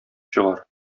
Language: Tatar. чыгар